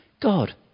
God